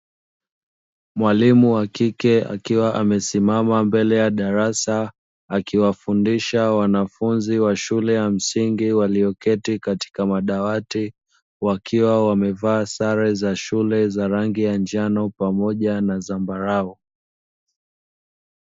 Mwalimu wa kike akiwa amesimama mbele ya darasa, akiwafundisha wanafunzi wa shule ya msingi walioketi katika madawati, wakiwa wamevaa sare za shule za rangi ya njano pamoja na zambarau.